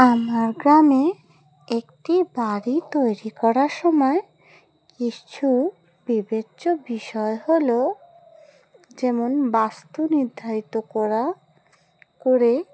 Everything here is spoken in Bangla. আমার গ্রামে একটি বাড়ি তৈরি করার সময় কিচ্ছু বিবেচ্য বিষয় হলো যেমন বাস্তু নির্ধারিত করা করে